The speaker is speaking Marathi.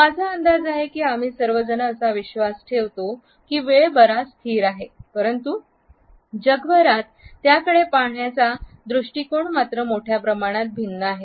माझा अंदाज आहे की आम्ही सर्व जण असा विश्वास ठेवतो की वेळ बराच स्थिर आहे परंतु जगभरात त्याकडे पाण्याचा दृष्टीकोन मात्र मोठ्या प्रमाणात भिन्न आहे